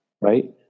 right